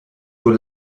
your